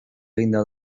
eginda